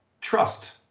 trust